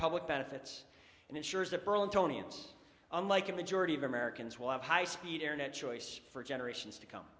public benefits and ensures that berlusconi and unlike a majority of americans will have high speed internet choice for generations to come